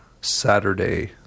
Saturday